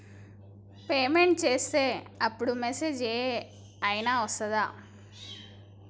Payment చేసే అప్పుడు message ఏం ఐనా వస్తదా?